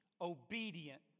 obedient